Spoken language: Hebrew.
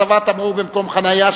הצבת תמרור במקום חנייה,